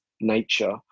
nature